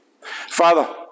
Father